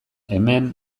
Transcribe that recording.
hemen